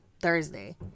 Thursday